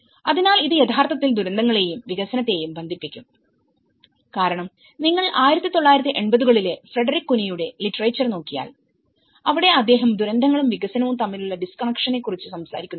അതിനാൽ ഇത് യഥാർത്ഥത്തിൽ ദുരന്തങ്ങളെയും വികസനത്തെയും ബന്ധിപ്പിക്കും കാരണം നിങ്ങൾ 1980 കളിലെ ഫ്രെഡറിക് കുനിയുടെ ലിറ്ററേച്ചർ നോക്കിയാൽഅവിടെ അദ്ദേഹം ദുരന്തങ്ങളും വികസനവും തമ്മിലുള്ള ഡിസ്കണക്ഷനെ കുറിച്ച് സംസാരിക്കുന്നു